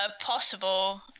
possible